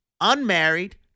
unmarried